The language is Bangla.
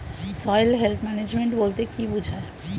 সয়েল হেলথ ম্যানেজমেন্ট বলতে কি বুঝায়?